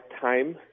time